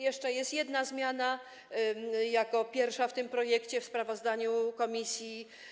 Jest jeszcze jedna zmiana jako pierwsza w tym projekcie w sprawozdaniu komisji.